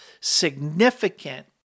significant